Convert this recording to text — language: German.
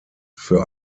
für